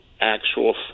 actual